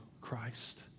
Christ